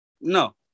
no